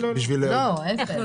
לא, אין.